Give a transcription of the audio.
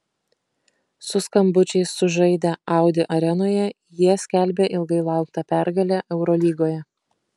su skambučiais sužaidę audi arenoje jie skelbė ilgai lauktą pergalę eurolygoje